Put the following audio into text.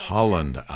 Holland